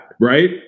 right